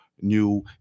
New